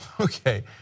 okay